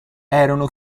erano